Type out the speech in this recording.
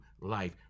life